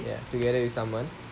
ya together with someone